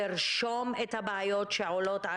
לרשום את הבעיות שעולות,